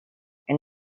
and